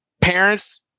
Parents